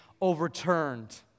overturned